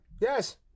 yes